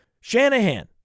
Shanahan